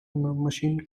machine